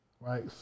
right